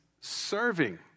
serving